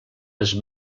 les